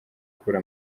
kubura